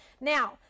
Now